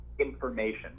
information